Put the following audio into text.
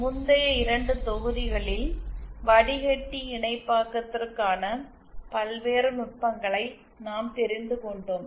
முந்தைய 2 தொகுதிகளில் வடிகட்டி இணைப்பாக்கத்திற்கான பல்வேறு நுட்பங்களை நாம் தெரிந்து கொண்டோம்